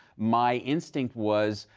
my instinct was,